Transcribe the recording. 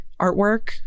artwork